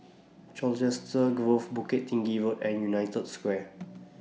Colchester Grove Bukit Tinggi Road and United Square